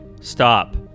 Stop